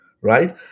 right